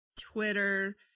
Twitter